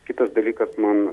kitas dalykas man